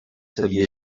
sabia